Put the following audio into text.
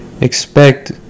expect